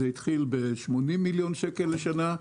זה התחיל ב-80 מיליון שקל לשנה,